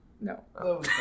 no